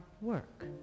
work